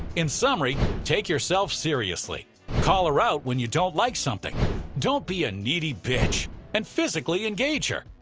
in summary take yourself seriously call her out when you don't like something don't be a needy bitch and physically engage her!